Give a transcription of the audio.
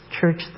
church